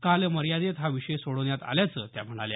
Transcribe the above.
कालमर्यादेत हा विषय सोडवण्यात आल्याचं त्या म्हणाल्या